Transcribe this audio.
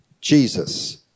Jesus